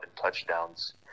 touchdowns